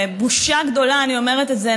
בבושה גדולה אני אומרת את זה,